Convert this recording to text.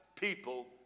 People